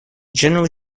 generally